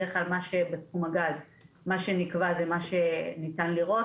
בדרך כלל בתחום הגז מה שנקבע זה מה שניתן לראות.